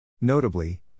Notably